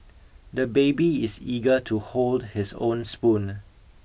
the baby is eager to hold his own spoon